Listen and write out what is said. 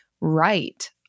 right